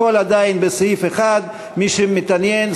הכול עדיין בסעיף 1. מי שמתעניין,